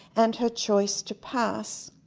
and her choice to pass.